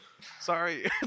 sorry